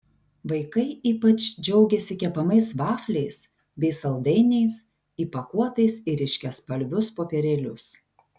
vaikai ypač džiaugėsi kepamais vafliais bei saldainiais įpakuotais į ryškiaspalvius popierėlius